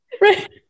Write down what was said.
Right